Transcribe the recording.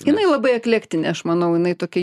jinai labai aklektinė aš manau jinai tokia